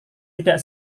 tidak